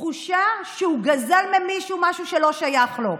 תחושה שהוא גזל ממישהו משהו שלא שייך לו.